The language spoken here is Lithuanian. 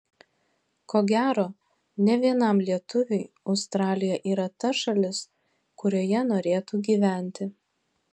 ko gero ne vienam lietuviui australija yra ta šalis kurioje norėtų gyventi